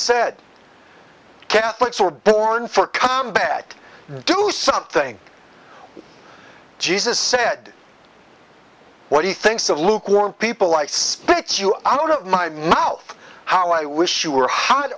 said catholics are born for combat do something jesus said what he thinks of lukewarm people like spit you out of my mouth how i wish you were hot